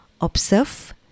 Observe